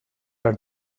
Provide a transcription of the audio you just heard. are